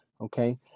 Okay